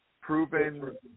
proven